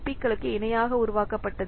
பிகளுக்கு இணையாக உருவாக்கப்பட்டது